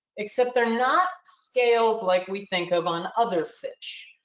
except they're not scales like we think of on other fish.